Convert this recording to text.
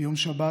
ביום שבת,